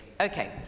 Okay